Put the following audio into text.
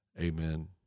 Amen